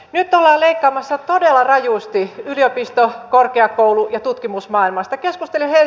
nyt ollaan leikkaamassa todella rajusti yliopisto korkeakoulu ja tutkimusmaailmasta